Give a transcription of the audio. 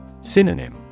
Synonym